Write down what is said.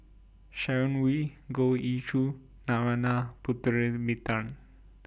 Sharon Wee Goh Ee Choo Narana Putumaippittan